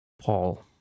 Paul